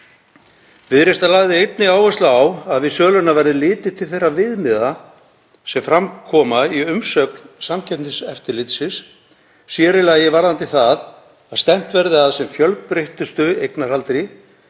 Viðreisn lagði einnig áherslu á að við söluna yrði litið til þeirra viðmiða sem fram koma í umsögn Samkeppniseftirlitsins, sér í lagi varðandi það að stefnt verði að sem fjölbreyttustu eignarhaldi